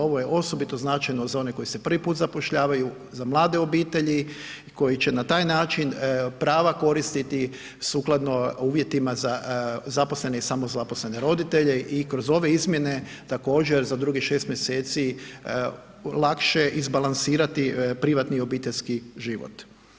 Ovo je osobito značajno za one koji se prvi put zapošljavaju, za mlade obitelji koji će na taj način prava koristiti sukladno uvjetima za zaposlene i samozaposlene roditelje i kroz ove izmjene također za drugih 6 mjeseci lakše izbalansirati privatni obiteljski život.